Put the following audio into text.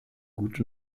gut